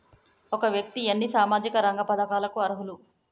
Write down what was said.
ఒక వ్యక్తి ఎన్ని సామాజిక రంగ పథకాలకు అర్హులు?